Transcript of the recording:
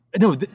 No